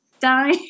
die